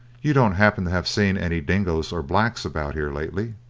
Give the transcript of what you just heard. you don't happen to have seen any dingoes or blacks about here lately?